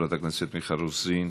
חברת הכנסת מיכל רוזין,